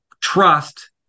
trust